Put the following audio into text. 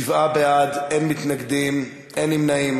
שבעה בעד, אין מתנגדים, אין נמנעים.